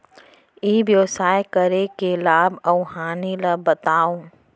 ई व्यवसाय करे के लाभ अऊ हानि ला बतावव?